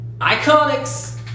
Iconics